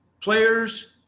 players